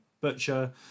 butcher